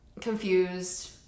confused